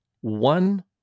one